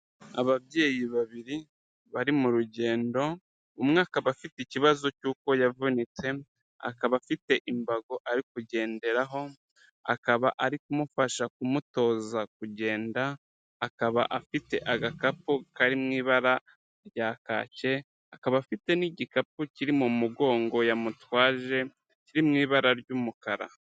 Ababyeyi babiri, bari mu rugendo, umwe akaba afite ikibazo cy'uko yavunitse, akaba afite imbago ari kugenderaho, akaba ari kumufasha kumutoza kugenda, akaba afite agakapu kari mu ibara rya kake, akaba afite n'igikapu kiri mu mugongo yamutwaje kiri mu ibara ry'umukara.